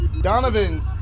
Donovan